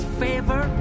favor